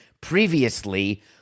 previously